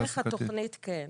דרך התוכנית, כן.